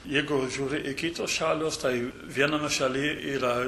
jeigu žiūri į kitos šalys tai vienoj šaly ir yra